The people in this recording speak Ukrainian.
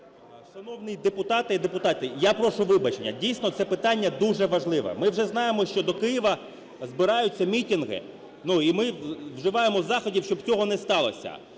Шановні депутати і депутатки, я прошу вибачення. Дійсно, це питання дуже важливе. Ми вже знаємо, що до Києва збираються мітинги, і ми вживаємо заходів, щоб цього не сталося.